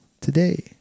today